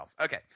Okay